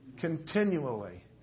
continually